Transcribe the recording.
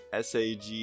SAG